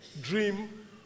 dream